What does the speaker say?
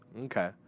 Okay